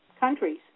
countries